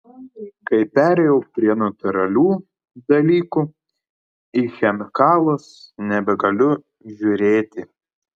kai perėjau prie natūralių dalykų į chemikalus nebegaliu žiūrėti